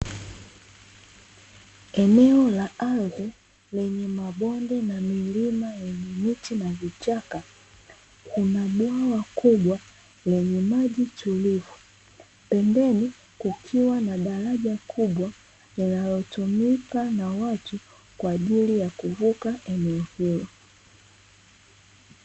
Eneo la ardhi lenye mabonde na milima yenye miti na vichaka, kuna bwawa kubwa lenye maji tulivu, pembeni kukiwa na daraja kubwa linalotumika na watu kwa ajili ya kuvuka eneo hilo.